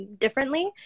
differently